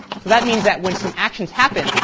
so that means that when some actions happen,